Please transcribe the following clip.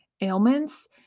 ailments